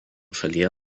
šalyje